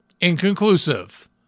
inconclusive